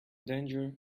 danger